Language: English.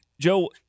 Joe